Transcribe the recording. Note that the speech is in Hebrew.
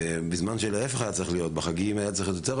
היה צריך לקרות דבר הפוך,